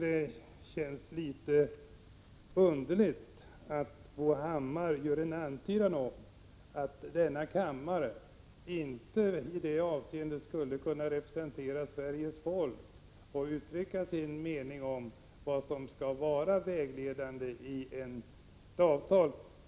Det känns litet underligt att Bo Hammar gör en antydan om att denna kammare i det avseendet inte skulle kunna representera Sveriges folk och uttrycka sin mening om vad som skall vara vägledande i ett avtal.